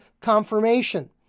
confirmation